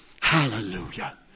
Hallelujah